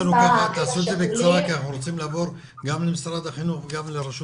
זה בקצרה כי אנחנו רוצים לעבור גם למשרד החינוך וגם לרשות